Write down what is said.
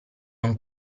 non